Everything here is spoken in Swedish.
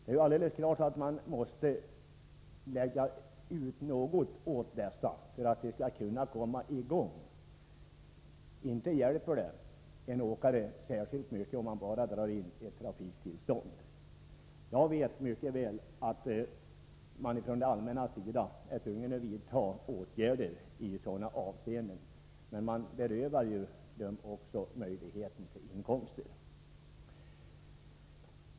Det är alldeles klart att man måste göra någonting för dessa företagare så att deras verksamhet kan hållas i gång. Inte hjälper det en åkare särskilt mycket att man bara drar in ett trafiktillstånd. Jag vet mycket väl att man från det allmännas sida är tvungen att vidta åtgärder i sådana avseenden, men man berövar dem ju också möjligheten till inkomster.